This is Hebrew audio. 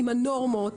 עם הנורמות,